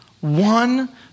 one